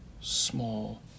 Small